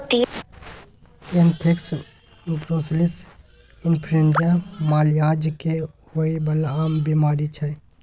anthrax, brucellosis influenza मालजाल केँ होइ बला आम बीमारी छै